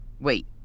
wait